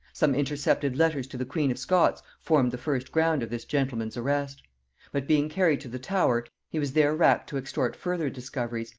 some intercepted letters to the queen of scots formed the first ground of this gentleman's arrest but being carried to the tower, he was there racked to extort further discoveries,